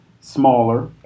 smaller